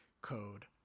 code